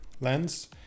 lens